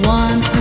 one